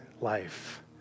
life